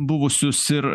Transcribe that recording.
buvusius ir